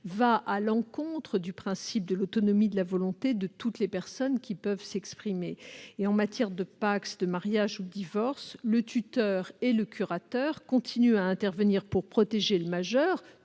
va à l'encontre du principe de l'autonomie de la volonté de toutes les personnes qui peuvent s'exprimer. En matière de PACS, de mariage ou de divorce, le tuteur et le curateur continueront à intervenir pour protéger le majeur